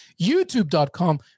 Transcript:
youtube.com